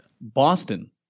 Boston